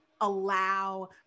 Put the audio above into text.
allow